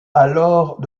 alors